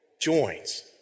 joins